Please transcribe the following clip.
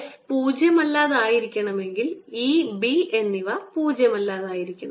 S പൂജ്യമല്ലാതായിരിക്കണമെങ്കിൽ E B എന്നിവ പൂജ്യമല്ലാതായിരിക്കണം